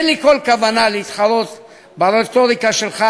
אין לי שום כוונה להתחרות ברטוריקה שלך,